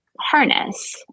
harness